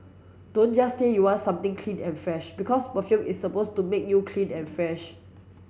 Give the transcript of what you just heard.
don't just say you want something clean and fresh because perfume is supposed to make you clean and fresh